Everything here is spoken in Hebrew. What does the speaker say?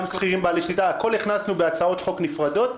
הכול הכנסנו בהצעות חוק נפרדות.